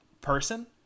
person